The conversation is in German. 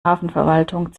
hafenverwaltung